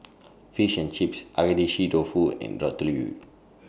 Fish and Chips Agedashi Dofu and Ratatouille